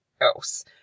else